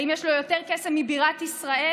האם יש לו יותר קסם מבירת ישראל?